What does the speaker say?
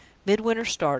midwinter started.